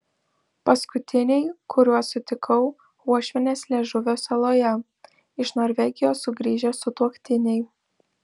paskutiniai kuriuos sutikau uošvienės liežuvio saloje iš norvegijos sugrįžę sutuoktiniai